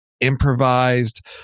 improvised